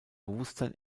bewusstsein